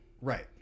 Right